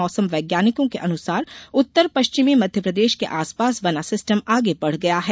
मौसम वैज्ञानिकों के अनुसार उत्तर पश्चिमी मध्यप्रदेश के आस पास बना सिस्टम आगे बढ़ गया है